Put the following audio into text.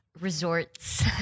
Resorts